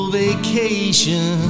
vacation